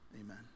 Amen